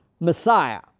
Messiah